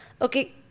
okay